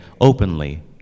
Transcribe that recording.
openly